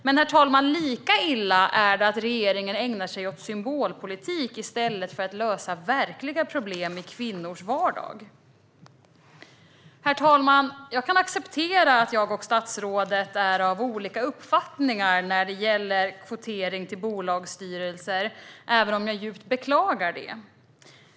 Men, herr talman, lika illa är det att regeringen ägnar sig åt symbolpolitik i stället för att lösa verkliga problem i kvinnors vardag. Herr talman! Jag kan acceptera att statsrådet och jag är av olika uppfattningar när det gäller kvotering till bolagsstyrelser, även om jag djupt beklagar det.